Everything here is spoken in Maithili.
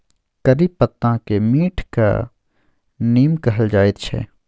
करी पत्ताकेँ मीठका नीम कहल जाइत छै